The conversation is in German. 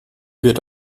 wird